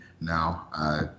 now